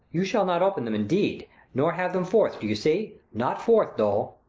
you shall not open them, indeed nor have them forth, do you see? not forth, dol.